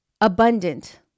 abundant